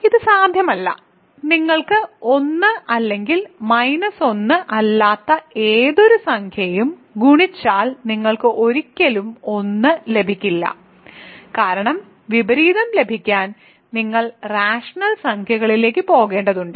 ഇത് സാധ്യമല്ല നിങ്ങൾക്ക് 1 അല്ലെങ്കിൽ മൈനസ് 1 അല്ലാത്ത ഏതൊരു സംഖ്യയും ഗുണിച്ചാൽ നിങ്ങൾക്ക് ഒരിക്കലും 1 ലഭിക്കില്ല കാരണം വിപരീതം ലഭിക്കാൻ നിങ്ങൾ റാഷണൽ സംഖ്യകളിലേക്ക് പോകേണ്ടതുണ്ട്